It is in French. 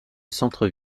centre